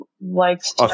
likes